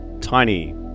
Tiny